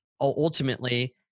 ultimately